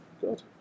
Good